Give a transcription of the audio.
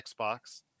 Xbox